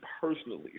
personally